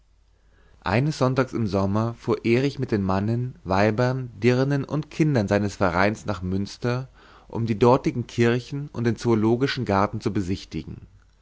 eines sonntags im sommer fuhr erich mit den mannen weibern dirnen und kindern seines vereins nach münster um die dortigen kirchen und den zoologischen garten zu besichtigen